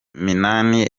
minani